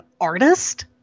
artist